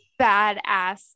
badass